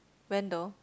vendor